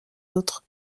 autres